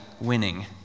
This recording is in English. winning